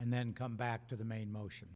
and then come back to the main motion